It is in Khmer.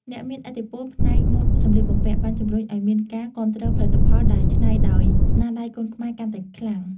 អ្នកមានឥទ្ធិពលផ្នែកម៉ូដសម្លៀកបំពាក់បានជំរុញឱ្យមានការគាំទ្រផលិតផលដែលច្នៃដោយស្នាដៃកូនខ្មែរកាន់តែខ្លាំង។